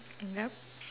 yup